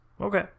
okay